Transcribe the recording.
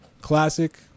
classic